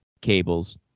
cables